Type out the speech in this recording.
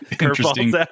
interesting